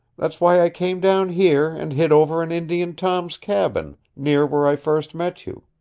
that's why i came down here, and hid over in indian tom's cabin near where i first met you.